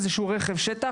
איזשהו רכב שטח,